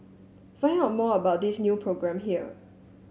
find out more about this new programme here